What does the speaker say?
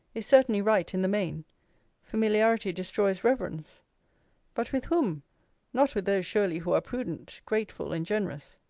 is certainly right in the main familiarity destroys reverence but with whom not with those, surely, who are prudent, grateful, and generous.